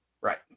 Right